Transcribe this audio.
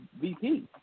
VP